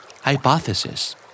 Hypothesis